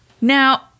Now